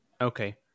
Okay